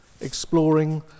exploring